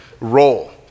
role